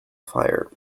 fire